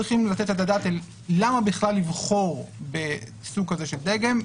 צריכים לתת את הדעת למה בכלל לבחור בסוג כזה של דגם,